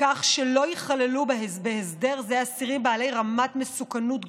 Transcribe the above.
כך שלא ייכללו בהסדר זה אסירים בעלי רמת מסוכנות גבוהה,